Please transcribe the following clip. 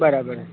બરાબર